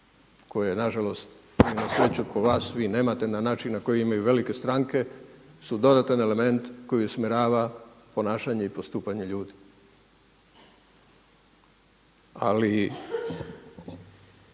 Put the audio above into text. koje nažalost ili na sreću … vas vi nemate na način na koji imaju velike stranke su dodatni element koji usmjerava ponašanje i postupanje ljudi. Ali